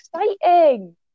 exciting